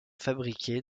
fabriquée